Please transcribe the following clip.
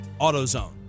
AutoZone